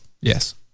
Yes